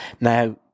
Now